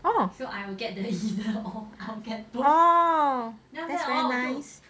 oh oh that's very nice